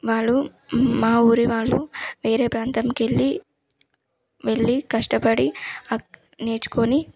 వాళ్ళు మా ఊరి వాళ్ళు వేరే ప్రాంతానికి వెళ్ళి వెళ్ళి కష్టపడి అక్ నేర్చుకోని